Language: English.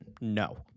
no